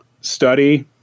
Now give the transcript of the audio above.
study